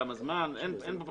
כמה זמן וכולי.